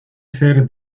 ser